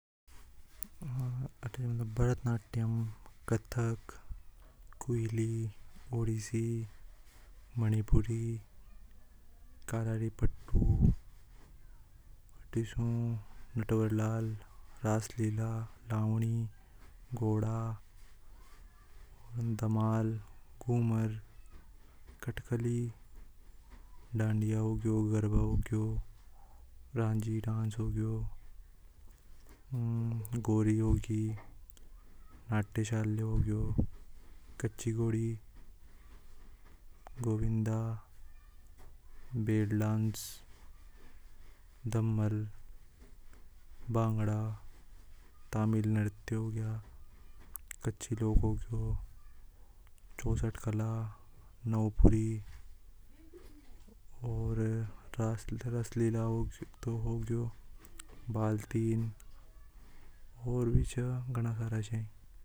﻿भरतनाट्यम कथक कोहली ओडिसी मणिपुरी कराड़ीपट्टू नटवरलाल रासलीला लावणी घोड़ा धमाल घूमर ख़त्तक्कली रणजी डांस गोरी होगी। नाट्यशाली होगी कच्ची घोड़ी गोविंदा बेड डांस दमाल भांगड़ा तमिल नृत्य हो गया कच्चे लोगों को चौसठ कला नौपूरी और रासलीला तो होगी बाल तीन और भी गनी सारी।